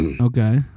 Okay